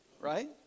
Right